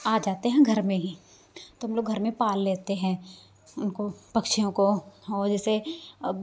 आ जाते हैं घर में ही तो हम लोग घर में पाल लेते हैं उनको पक्षियों को और जैसे अब